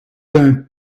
d’un